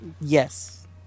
Yes